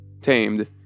Tamed